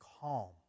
calm